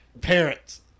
parents